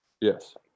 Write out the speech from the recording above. Yes